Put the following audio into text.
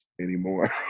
anymore